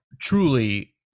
truly